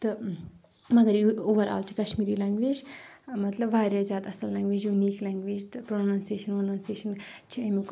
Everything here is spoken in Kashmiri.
تہٕ مَگر اوٚوَرآل چھ کشمیٖری لیٚنگویج مَطلب واریاہ زیادٕ اَصل لیٚنگویج یوٗنیٖق لیٚنگویج تہٕ پروننسیشَن ووننسیشن چھ امیُک